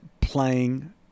playing